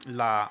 la